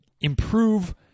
improve